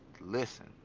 Listen